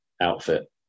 outfit